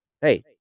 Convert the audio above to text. hey